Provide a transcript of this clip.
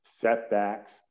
setbacks